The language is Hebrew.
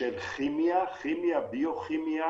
של כימיה, ביוכימיה.